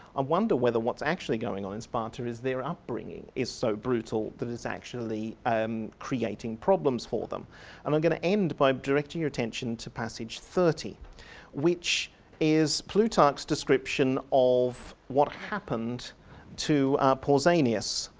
um wonder whether what's actually going on in sparta is their upbringing is so brutal that it's actually um creating problems for them and i'm going to end by directing your attention to passage thirty which is plutarch's description of what happened to pausanias,